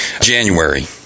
january